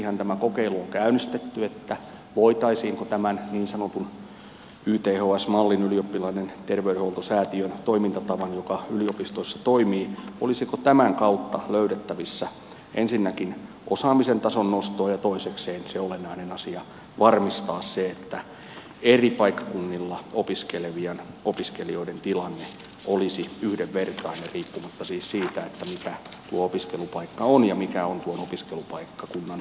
siksihän tämä kokeilu on käynnistetty että olisiko tämän niin sanotun yths mallin ylioppilaiden terveydenhoitosäätiön toimintatavan joka yliopistoissa toimii kautta löydettävissä ensinnäkin osaamisen tason nostoa ja toisekseen on olennainen asia varmistaa se että eri paikkakunnilla opiskelevien opiskelijoiden tilanne olisi yhdenvertainen riippumatta siis siitä mikä tuo opiskelupaikka on ja mikä on tuon opiskelupaikkakunnan perusterveydenhuollon ja myös erikoissairaanhoidon tilanne